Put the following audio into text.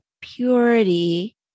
purity